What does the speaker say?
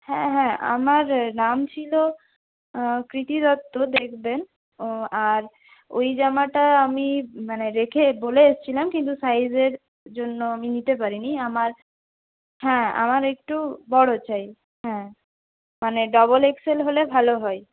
হ্যাঁ হ্যাঁ আমার নাম ছিল কৃতী দত্ত দেখবেন ও আর ওই জামাটা আমি মানে রেখে বলে এসেছিলাম কিন্তু সাইজের জন্য আমি নিতে পারিনি আমার হ্যাঁ আমার একটু বড় চাই হ্যাঁ মানে ডবল এক্স এল হলে ভালো হয়